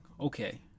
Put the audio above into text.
okay